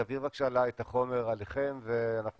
תעביר בבקשה לה את החומר שלכם וננסה